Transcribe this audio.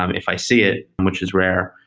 um if i see it which is rare.